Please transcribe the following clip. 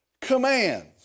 commands